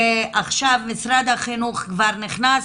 עכשיו משרד החינוך נכנס,